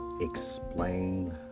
explain